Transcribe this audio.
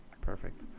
Perfect